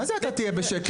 מה זה תהיה בשקט?